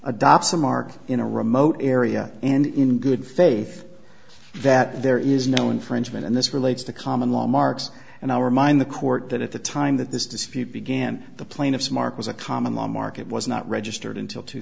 adopts a mark in a remote area and in good faith that there is no infringement and this relates to common law marks and our mind the court that at the time that this dispute began the plaintiffs mark was a common law mark it was not registered until two